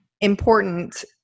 important